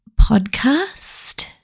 podcast